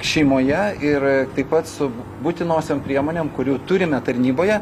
šeimoje ir taip pat su būtinosiom priemonėm kurių turime tarnyboje